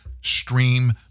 stream